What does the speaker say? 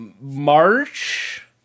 March